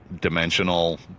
dimensional